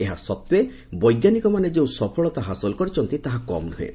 ଏହା ସତ୍ତେ ବୈଜ୍ଞାନିକମାନେ ଯେଉଁ ସଫଳତା ହାସଲ କରିଛନ୍ତି ତାହା କମ୍ ନୁହେଁ